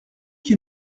que